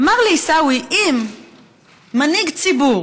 אמר לי עיסאווי: אם מנהיג ציבור